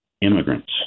immigrants